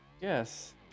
Yes